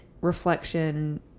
reflection